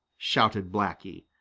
shouted blacky.